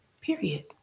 period